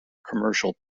commercial